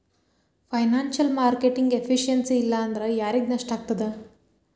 Financial marketing efficiency ಇಲ್ಲಾಂದ್ರ ಯಾರಿಗ್ ನಷ್ಟಾಗ್ತದ?